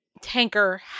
tanker